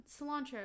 cilantro